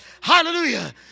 hallelujah